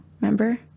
Remember